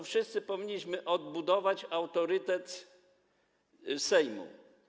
Wszyscy powinniśmy odbudować autorytet Sejmu.